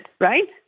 right